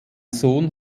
sohn